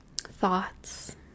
thoughts